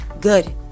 good